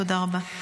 תודה רבה.